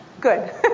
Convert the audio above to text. Good